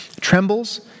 trembles